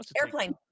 Airplane